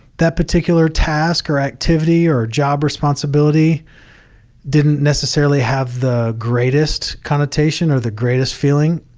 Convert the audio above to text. that particular task or activity or job responsibility didn't necessarily have the greatest connotation or the greatest feeling